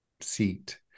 seat